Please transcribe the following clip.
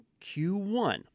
Q1